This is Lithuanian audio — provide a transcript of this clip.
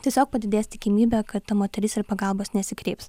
tiesiog padidės tikimybė kad ta moteris ir pagalbos nesikreips